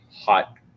hot